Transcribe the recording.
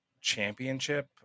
championship